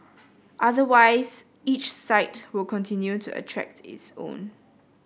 otherwise each site will continue to attract its own